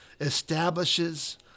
establishes